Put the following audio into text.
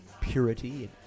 purity